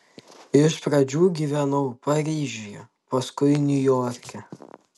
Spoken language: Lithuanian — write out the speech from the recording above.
iš pradžių gyvenau paryžiuje paskui niujorke